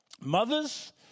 mothers